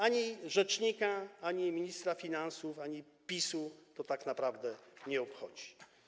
Ani rzecznika, ani ministra finansów, ani PiS-u to tak naprawdę nie obchodzi.